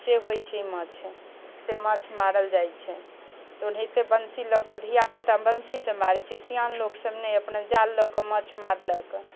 से होइ छै माछ से माछ मारल जाइ छै तऽ ओनाहिते बन्सी लऽ कऽ धिआपुता बन्सीसँ मारै छै सिआन लोकसब ने अपना जाल लऽ कऽ माछ मारलक